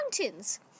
mountains